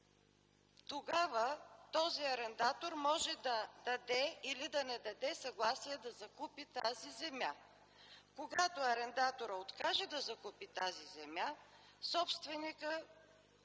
тогава този арендатор може да даде или да не даде съгласие да закупи тази земя. Когато арендаторът откаже да закупи тази земя, собственикът